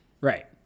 Right